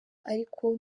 ariko